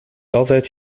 altijd